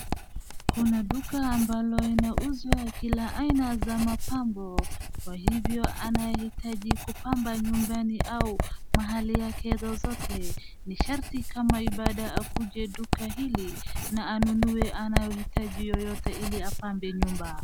Kuna duka ambalo linauza kila aina za mapambo, kwa hivyo anayehitaji kupamba nyumba au mahali yake yoyote, ni sharti, kama ibada, akuje duka hili na anunue anayohitaji yoyote ili apambe nyumba.